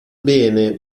bene